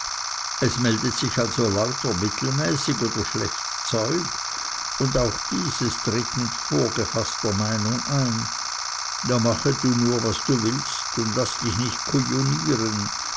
es meldet sich also lauter mittelmäßig oder schlecht zeug und auch dieses tritt mit vorgefaßter meinung ein da mache nur was du willst und laß dich nicht